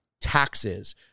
taxes